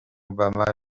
obama